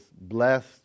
blessed